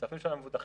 כספים של המבוטחים,